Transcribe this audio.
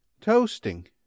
Toasting